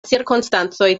cirkonstancoj